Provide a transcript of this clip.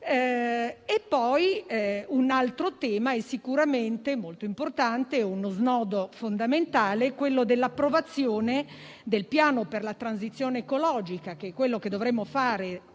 Paese. Un altro tema sicuramente molto importante, uno snodo fondamentale, è quello dell'approvazione del Piano per la transizione ecologica, che dovremmo fare entro